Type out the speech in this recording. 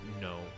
No